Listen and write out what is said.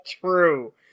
true